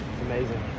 Amazing